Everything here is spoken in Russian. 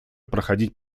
проходить